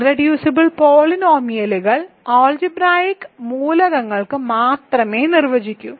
irreducible പോളിനോമിയലുകൾ algebraic മൂലകങ്ങൾക്ക് മാത്രമേ നിർവചിക്കൂ